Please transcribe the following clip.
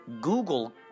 Google